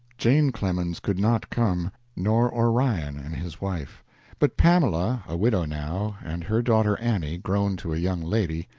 jane clemens could not come, nor orion and his wife but pamela, a widow now, and her daughter annie, grown to a young lady,